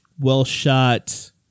well-shot